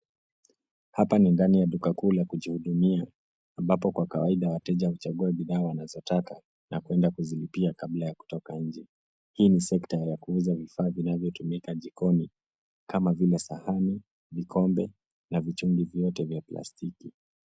Hapa ni ndani ya duka kuu la kujihudumia, ambapo kwa kawaida wateja huchagua bidhaa wanazotaka, na kwenda kuzilipia kabla ya kutoka nje. Hii ni sekta ya kuuza vifaa vinavyotumika jikoni, kama vile sahani, vikombe, na vichungi vyote vya plastiki.